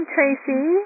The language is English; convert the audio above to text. Tracy